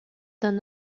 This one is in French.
d’un